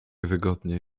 wygodnie